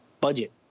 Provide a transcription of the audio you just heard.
budget